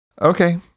Okay